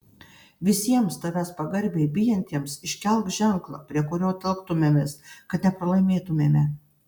visiems tavęs pagarbiai bijantiems iškelk ženklą prie kurio telktumėmės kad nepralaimėtumėme